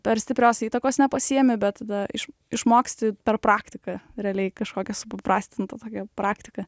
per stiprios įtakos nepasiemi bet tada iš išmoksti per praktiką realiai kažkokią suprastintą tokią praktiką